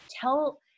Tell